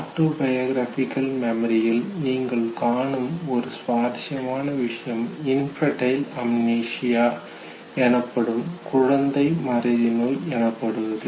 autobiographical மெமரியில் நீங்கள் காணும் ஒரு சுவாரஸ்யமான விஷயம் இன்ஃபன்டயில் அம்னீசியா குழந்தை மறதி நோய் எனப்படுவது